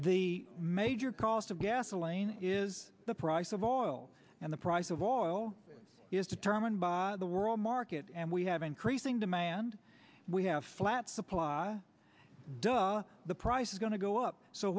the major cost of gasoline is the price of oil and the price of oil is determined by the world market and we have increasing demand we have flat supply does the price is going to go up so